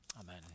Amen